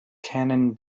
cannon